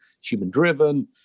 human-driven